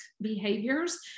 behaviors